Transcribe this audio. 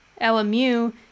LMU